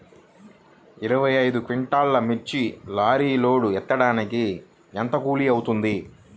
ఇరవై ఐదు క్వింటాల్లు మిర్చి లారీకి లోడ్ ఎత్తడానికి ఎంత కూలి అవుతుంది?